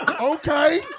Okay